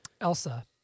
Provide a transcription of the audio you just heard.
Elsa